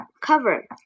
cover